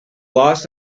loss